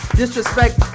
disrespect